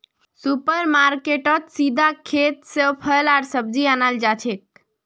super मार्केटेत सीधा खेत स फल आर सब्जी अनाल जाछेक